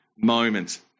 Moment